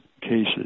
cases